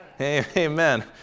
Amen